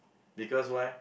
because why